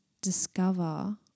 discover